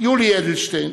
יולי אדלשטיין